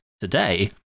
today